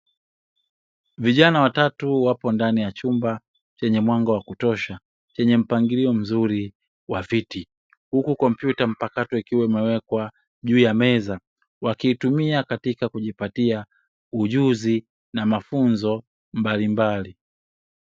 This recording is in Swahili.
Vijana watatu wapo ndani ya chumba chenye mwanga wa kutosha chenye mpangilio mzuri wa viti, huku kompyuta mpakato ikiwa imewekwa juu ya meza wakiitumia katika kujipatia ujuzi na mafunzo mbalimbali.